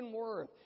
worth